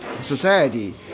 society